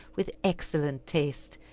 with excellent taste,